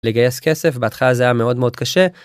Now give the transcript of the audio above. לגייס כסף בהתחלה זה היה מאוד מאוד קשה.